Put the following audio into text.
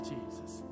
Jesus